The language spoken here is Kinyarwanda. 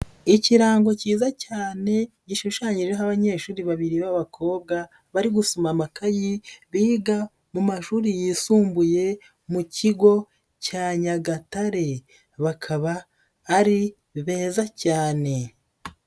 Ikirango kiza cyane, gishushanyijeho abanyeshuri babiri b'abakobwa, bari gusoma amakayi, biga mu mashuri yisumbuye mu kigo cya Nyagatare. Bakaba ari beza cyane.